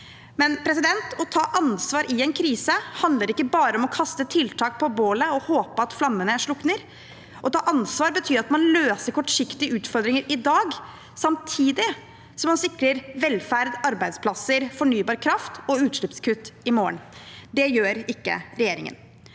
tid. Men å ta ansvar i en krise handler ikke bare om å kaste tiltak på bålet og håpe at flammene slukner. Å ta ansvar betyr at man løser kortsiktige utfordringer i dag samtidig som man sikrer velferd, arbeidsplasser, fornybar kraft og utslippskutt i morgen. Det gjør ikke regjeringen.